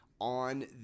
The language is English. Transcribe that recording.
on